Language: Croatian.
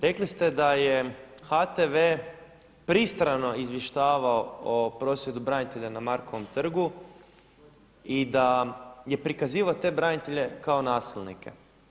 Rekli ste da je HTV pristrano izvještavao o prosvjedu branitelja na Markovom trgu i da je prikazivao te branitelje kao nasilnike.